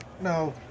No